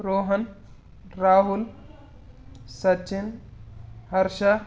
Rohan Rahul Sachin Harsha